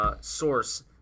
source